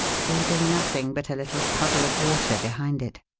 leaving nothing but a little puddle of water behind it.